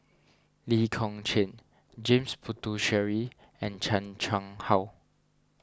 Lee Kong Chian James Puthucheary and Chan Chang How